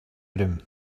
groom